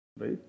right